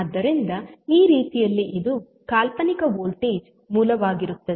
ಆದ್ದರಿಂದ ಈ ರೀತಿಯಲ್ಲಿ ಇದು ಕಾಲ್ಪನಿಕ ವೋಲ್ಟೇಜ್ ಮೂಲವಾಗಿರುತ್ತದೆ